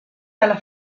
dalla